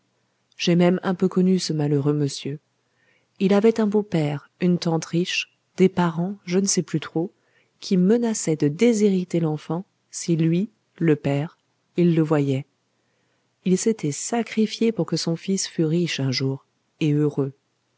j'ai même un peu connu ce malheureux monsieur il avait un beau-père une tante riche des parents je ne sais plus trop qui menaçaient de déshériter l'enfant si lui le père il le voyait il s'était sacrifié pour que son fils fût riche un jour et heureux